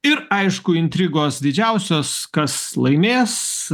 ir aišku intrigos didžiausios kas laimės